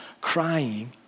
crying